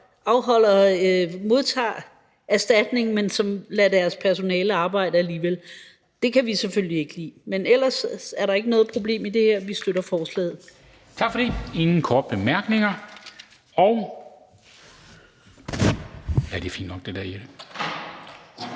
at de modtager erstatning, men lader deres personale arbejde alligevel. Det kan vi selvfølgelig ikke lide. Men ellers er der ikke noget problem i det her. Vi støtter forslaget.